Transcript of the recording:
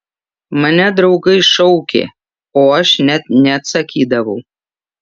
mane draugai šaukė o aš net neatsakydavau